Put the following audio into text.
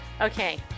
Okay